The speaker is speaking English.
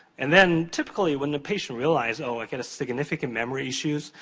and then, typically, when the patient realizes, oh, i've got a significant memory issue,